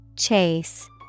Chase